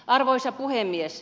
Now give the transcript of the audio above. arvoisa puhemies